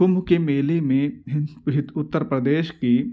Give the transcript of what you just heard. کمبھ کے میلے میں اتر پردیش کی